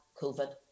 COVID